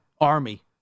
Army